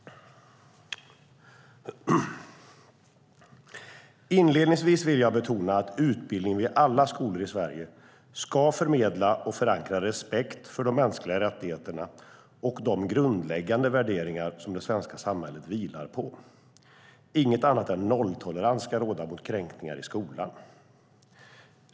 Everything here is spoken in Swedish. Inledningsvis vill jag betona att utbildningen vid alla skolor i Sverige ska förmedla och förankra respekt för de mänskliga rättigheterna och de grundläggande värderingar som det svenska samhället vilar på. Inget annat än nolltolerans ska råda mot kränkningar i skolan.